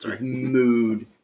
mood